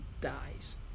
dies